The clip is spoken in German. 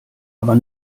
aber